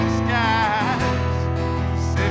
skies